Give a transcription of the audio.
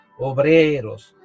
Obreros